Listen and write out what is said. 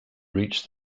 reached